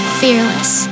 fearless